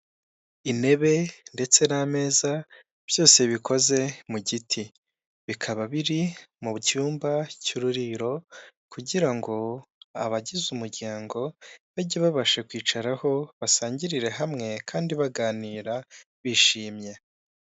Intebe ndetse n'ameza byose bikoze mu giti, bikaba biri mu cyumba cy'ururiro kugira ngo abagize umuryango bajye babasha kwicaraho basangirire hamwe kandi baganira bishimye.